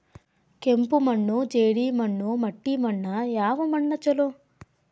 ಕೆಂಪು ಮಣ್ಣು, ಜೇಡಿ ಮಣ್ಣು, ಮಟ್ಟಿ ಮಣ್ಣ ಯಾವ ಮಣ್ಣ ಛಲೋ?